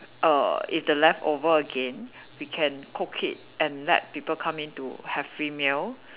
err if the leftover again we can cook it and let people come in to have free meal